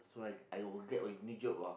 so I I will get a new job ah